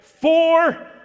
Four